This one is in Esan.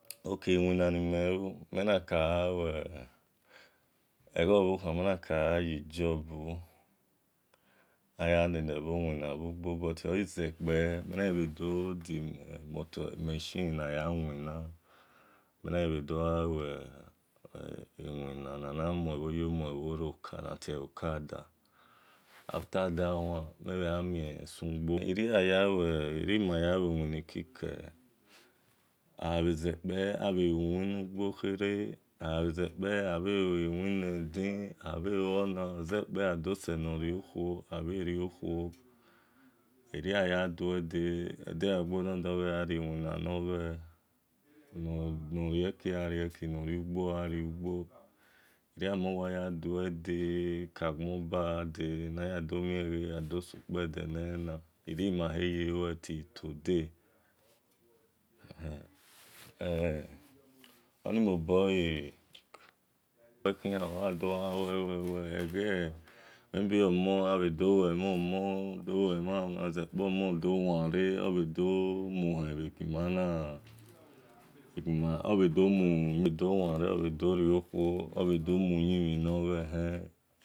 Ok iwinu nimelu menaka ghalue egho bho khan menaka gha yijobu menagha lelebho yugbo ogbi zeke mel nado dimoto cycle naya wina mena bhe dogha we iwina naya muebho yo mue bhore okada after dat one mel na mie sun gbo irio maya lui wina ekeke agha bhe irio maya lui wina gbo khere agha bhe yekpe abhe lui wine di ayekpe abhe sena rio khuo abhe riokhuo eno ayu due de̱ edegha ghe abhe doghari winna nor rieki gha rieki nor riugbo gha riu gbo irio amon yadue de kagbonba de ana domie ghe adosukpede nelena irio maghi bhe lue ti today ehen oni mobo abhe dolue mhen mon dolue mhan mhen agha zekpe enomo do ware abhe doware obhe doriokhuo obhe dor mayimhi nor ghor hen amio mhan no mhan se lele eno deni oria enodeni okhue